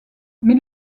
mais